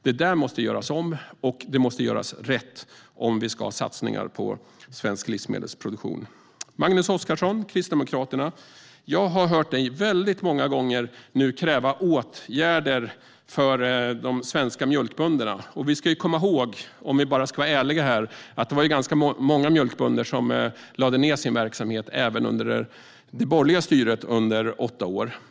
Det där måste göras om och det måste göras rätt, om vi ska satsa på svensk livsmedelsproduktion. Jag har hört Magnus Oscarsson från Kristdemokraterna många gånger kräva åtgärder för de svenska mjölkbönderna. Om vi ska vara ärliga var det ganska många mjölkbönder som lade ned sin verksamhet även under det borgerliga styret under åtta år.